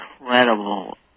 incredible